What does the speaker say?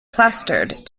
plastered